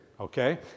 Okay